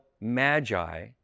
magi